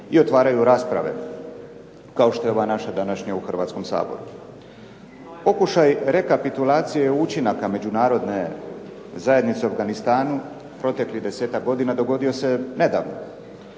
i otvaraju rasprave, kao što je ova naša današnja u Hrvatskom saboru. Pokušaj rekapitulacije učinaka međunarodne zajednice u Afganistanu proteklih 10-ak godina dogodio se nedavno